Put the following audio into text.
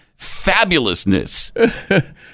fabulousness